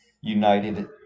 United